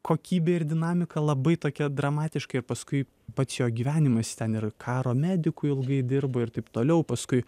kokybė ir dinamika labai tokia dramatiška ir paskui pats jo gyvenimas jis ten ir karo mediku ilgai dirbo ir taip toliau paskui